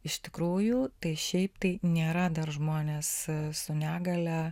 iš tikrųjų tai šiaip tai nėra dar žmonės su negalia